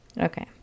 okay